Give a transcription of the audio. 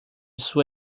sua